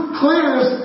clears